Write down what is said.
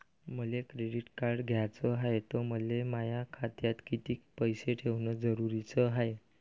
मले credit card घ्याचं हाय, त मले माया खात्यात कितीक पैसे ठेवणं जरुरीच हाय?